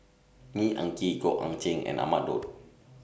Neo Anngee Goh Eck Kheng and Ahmad Daud